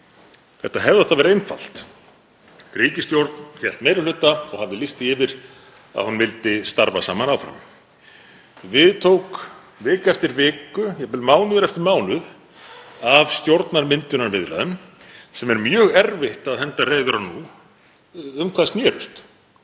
Þetta hefði átt að vera einfalt. Ríkisstjórn hélt meiri hluta og hafði lýst því yfir að hún vildi starfa saman áfram. Við tók vika eftir viku, jafnvel mánuður eftir mánuð, af stjórnarmyndunarviðræðum sem er mjög erfitt að henda reiður á um hvað snerust.